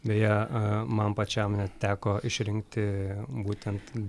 beje man pačiam teko išrinkti būtent